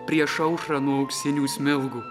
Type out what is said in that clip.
prieš aušrą nuo auksinių smilgų